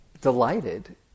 delighted